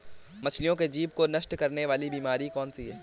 मछलियों के जीभ को नष्ट करने वाली बीमारी कौन सी है?